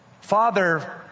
Father